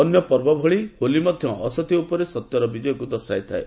ଅନ୍ୟ ପର୍ବ ଭଳି ହୋଲି ମଧ୍ୟ ଅସତ୍ୟ ଉପରେ ସତ୍ୟର ବିଜୟକୁ ଦର୍ଶାଇଥାଏ